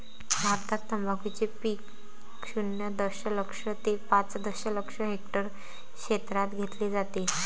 भारतात तंबाखूचे पीक शून्य दशलक्ष ते पाच दशलक्ष हेक्टर क्षेत्रात घेतले जाते